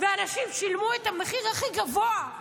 ואנשים שילמו את המחיר הכי גבוה.